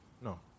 no